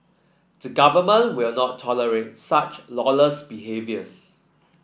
the government will not tolerate such lawless behaviours